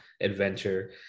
adventure